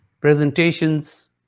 presentations